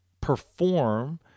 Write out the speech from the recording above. perform